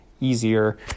easier